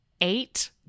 eight